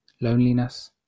loneliness